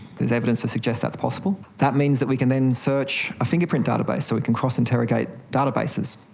there is evidence to suggest that's possible. that means that we can then search a fingerprint database, so we can cross-interrogate databases.